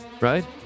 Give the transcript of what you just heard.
Right